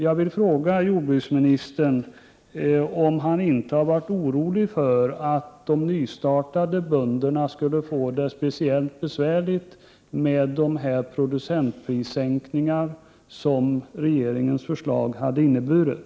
Jag vill fråga jordbruksministern om han inte har varit orolig för att speciellt de nystartande bönderna skulle få det besvärligt i och med de producentprissänkningar som regeringens förslag hade inneburit.